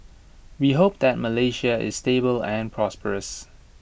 we hope that Malaysia is stable and prosperous